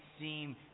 seem